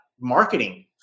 marketing